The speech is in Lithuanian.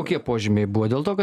kokie požymiai buvo dėl to kad